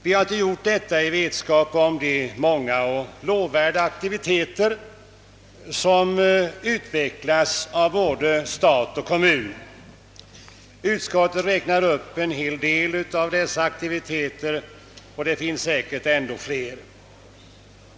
Vi har inte gjort detta i vetskap om de många och lovvärda aktiviteter som utvecklats av både stat och kommun. Utskottet räknar upp en hel del av dessa aktiviteter, och det finns säkert ännu fler.